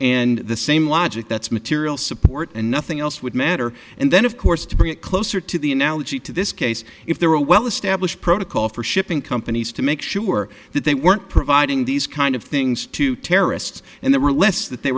and the same logic that's material support and nothing else would matter and then of course to bring it closer to the analogy to this case if there were a well established protocol for shipping companies to make sure that they weren't providing these kind of things to terrorists and there were less that they